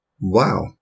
Wow